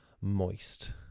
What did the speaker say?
moist